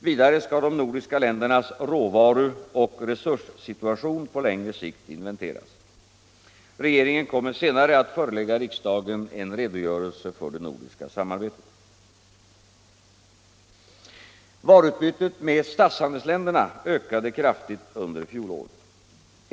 Vidare skall de nordiska ländernas råvaruoch resurssituation på längre sikt inventeras. Regeringen kommer senare att förelägga riksdagen en redogörelse för det nordiska samarbetet. Varuutbytet med statshandelsländerna ökade kraftigt under fjolåret.